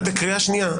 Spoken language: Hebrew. יוראי, אתה בקריאה שנייה.